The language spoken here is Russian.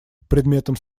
предметом